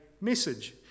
message